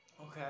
Okay